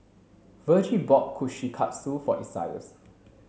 Virgie bought Kushikatsu for Isaias